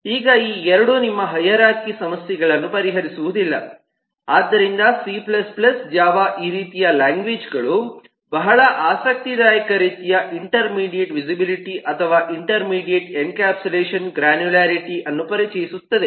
ಈಗ ಈ 2 ನಿಮ್ಮ ಹೈರಾರ್ಖಿ ಸಮಸ್ಯೆಗಳನ್ನು ಪರಿಹರಿಸುವುದಿಲ್ಲ ಆದ್ದರಿಂದ ಸಿC ಜಾವಾ ಈ ರೀತಿಯ ಲ್ಯಾಂಗ್ವೇಜ್ಗಳು ಬಹಳ ಆಸಕ್ತಿದಾಯಕ ರೀತಿಯ ಇಂಟರ್ ಮೀಡಿಯೇಟ್ ವಿಸಿಬಿಲಿಟಿ ಅಥವಾ ಇಂಟರ್ ಮೀಡಿಯೇಟ್ ಎನ್ಕ್ಯಾಪ್ಸುಲೇಷನ್ ಗ್ರ್ಯಾನ್ಯುಲಾರಿಟಿ ಅನ್ನು ಪರಿಚಯಿಸುತ್ತವೆ